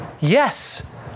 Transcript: Yes